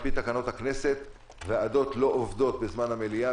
על-פי תקנון הכנסת ועדות לא עובדות בזמן המליאה,